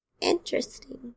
interesting